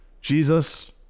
jesus